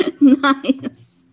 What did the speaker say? Nice